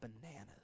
bananas